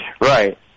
Right